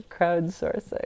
crowdsourcing